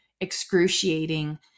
excruciating